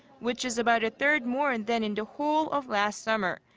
which is about a third more and than in the whole of last summer.